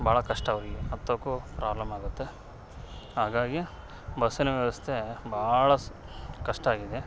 ಭಾಳ ಕಷ್ಟ ಅವ್ರಿಗೆ ಹತ್ತೊಕ್ಕು ಪ್ರಾಬ್ಲಮ್ ಆಗುತ್ತೆ ಹಾಗಾಗಿ ಬಸ್ಸಿನ ವ್ಯವಸ್ಥೆ ಭಾಳ ಕಷ್ಟ ಆಗಿದೆ